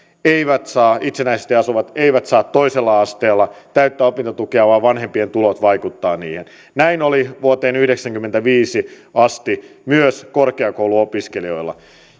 itsenäisesti asuvat eivät saa toisella asteella täyttä opintotukea vaan vanhempien tulot vaikuttavat siihen näin oli vuoteen yhdeksänkymmentäviisi asti myös korkeakouluopiskelijoilla